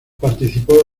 participó